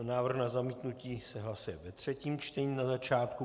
Návrh na zamítnutí se hlasuje ve třetím čtení na začátku.